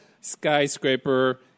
skyscraper